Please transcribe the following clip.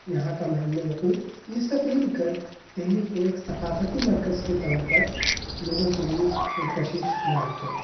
یہاں کا محلِّ وقوع یہ سب مل کر دہلی کو ایک ثقافتی مرکز کے طور پر لوگوں کے لیے پر کشش بناتے ہیں